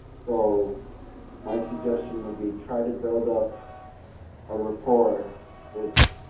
so my suggestion would be try to build up a rapport with